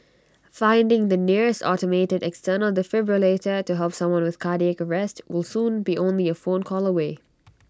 finding the nearest automated external defibrillator to help someone with cardiac arrest will soon be only A phone call away